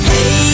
Hey